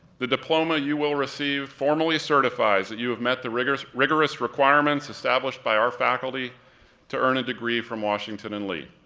the diploma you will receive formally certifies that you have met the rigorous rigorous requirements established by our faculty to earn a degree from washington and lee.